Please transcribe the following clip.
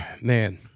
man